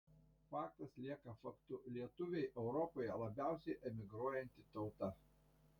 faktas lieka faktu lietuviai europoje labiausiai emigruojanti tauta